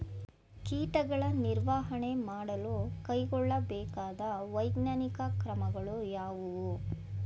ಕೀಟಗಳ ನಿರ್ವಹಣೆ ಮಾಡಲು ಕೈಗೊಳ್ಳಬೇಕಾದ ವೈಜ್ಞಾನಿಕ ಕ್ರಮಗಳು ಯಾವುವು?